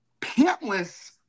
pantless